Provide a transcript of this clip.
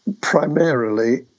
primarily